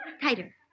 Tighter